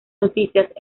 noticias